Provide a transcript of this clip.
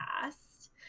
past